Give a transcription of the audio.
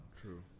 true